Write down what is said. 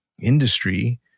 industry